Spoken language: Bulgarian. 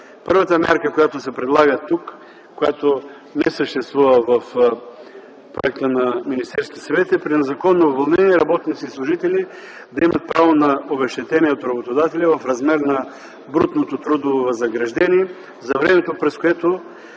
Първата мярка, която се предлага тук, която не съществува в проекта на Министерски съвет, е при незаконно уволнение работници и служители да имат право на обезщетение от работодателя в размер на брутното трудово възнаграждение за времето през което